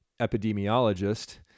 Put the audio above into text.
epidemiologist